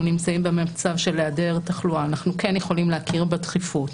נמצאים במצב של העדר תחלואה אנחנו כן יכולים להכיר בדחיפות,